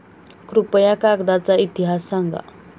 कृपया कागदाचा इतिहास सांगा